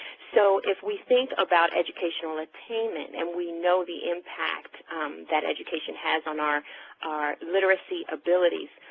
so if we think about educational attainment, and we know the impact that education has on our our literacy abilities,